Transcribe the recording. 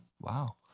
Wow